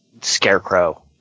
Scarecrow